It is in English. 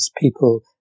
people